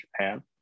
Japan